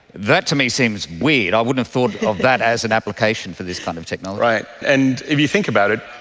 that to me seems weird. i wouldn't have thought of that as an application for this kind of technology. right. and if you think about it,